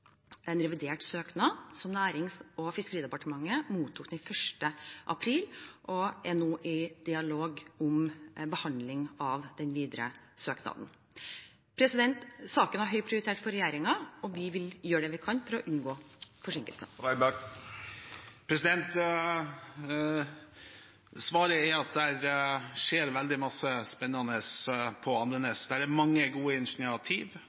en revidert søknad som Nærings- og fiskeridepartementet mottok den 1. april, og man er nå i dialog om behandling av den videre søknaden. Saken har høy prioritet for regjeringen, og vi vil gjøre det vi kan for å unngå forsinkelser. Svaret er at det skjer veldig mye spennende på Andenes. Det er mange gode